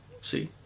See